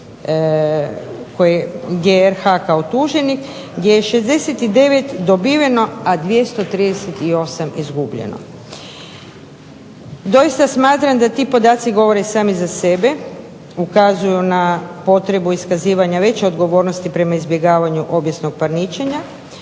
koje je RH kao tuženik je 69 dobiveno, a 238 izgubljeno. Doista smatram da ti podaci govore sami za sebe, ukazuju na potrebu iskazivanja veće odgovornosti prema izbjegavanju obijesnog parničenja